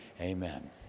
Amen